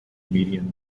comedian